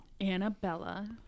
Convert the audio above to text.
Annabella